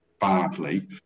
badly